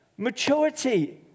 Maturity